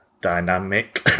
dynamic